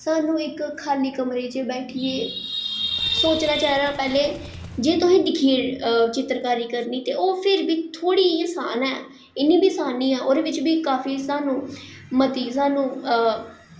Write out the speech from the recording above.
सानूं इक्क खाल्ली कमरे च बैठियै सोचना चाहिदा पैह्लें जे तुसें दिक्खियै चित्तरकारी करनी ते ओह् फिर बी थोह्ड़ी जेही आसान ऐ एह्दे बिच्च बी आसानी ऐ ओह्दे बिच बी काफी सानूं मती सानूं